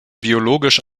biologisch